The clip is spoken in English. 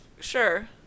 Sure